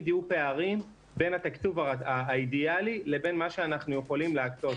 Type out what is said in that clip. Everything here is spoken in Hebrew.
פערים בין התקצוב האידיאלי לבין מה שאנחנו יכולים להקצות.